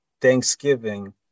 Thanksgiving